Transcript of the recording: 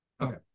Okay